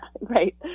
right